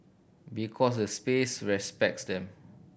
because the space respects them